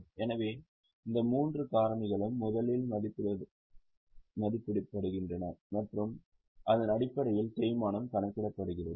எனவே இந்த மூன்று காரணிகளும் முதலில் மதிப்பிடப்படுகின்றன மற்றும் அதன் அடிப்படையில் தேய்மானம் கணக்கிடப்படுகிறது